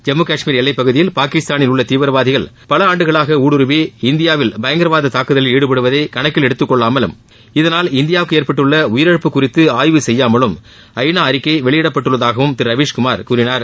ஜம்மு காஷ்மீர் எல்லைப்பகுதியில் பாகிஸ்தானில் உள்ள தீவிரவாதிகள் பல ஆண்டுகளாக இந்தியாவில் ண்டுருவி எடுத்துக்கொள்ளாமலும் இதனால் இந்தியாவுக்கு ஏற்பட்டுள்ள உயிரிழப்பு குறித்து ஆய்வு செய்யாமலும் ஐநா அறிக்கை வெளியிடப்பட்டுள்ளதாகவும் திரு ரவீஸ்குமார் கூறினார்